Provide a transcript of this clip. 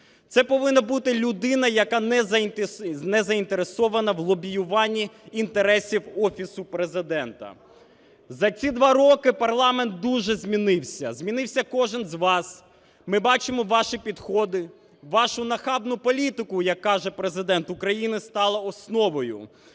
Це повинна бути людина, яка не заінтересована в лобіюванні інтересів Офісу Президента. За ці два роки парламент дуже змінився. Змінився кожен з вас, ми бачимо ваші підходи, вашу нахабну політику, як каже Президент України, стала основою.